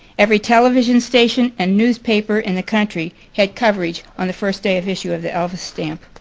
every television station and newspaper in the country had coverage on the first day of issue of the elvis stamp.